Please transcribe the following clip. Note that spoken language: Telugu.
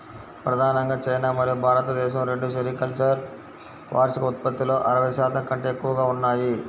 ప్రధానంగా చైనా మరియు భారతదేశం రెండూ సెరికల్చర్ వార్షిక ఉత్పత్తిలో అరవై శాతం కంటే ఎక్కువగా ఉన్నాయి